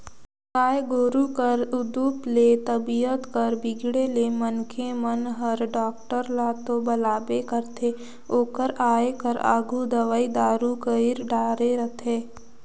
गाय गोरु कर उदुप ले तबीयत कर बिगड़े ले मनखे मन हर डॉक्टर ल तो बलाबे करथे ओकर आये कर आघु दवई दारू कईर डारे रथें